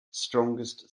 strongest